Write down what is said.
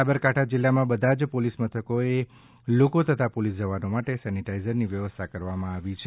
સાબરકાંઠામાં બધા જ પોલીસ મથકોએ લોકો તથા પોલીસ જવાનો માટે સેનિટાઈઝર્સની વ્યવસ્થા કરવામાં આવી છે